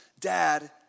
dad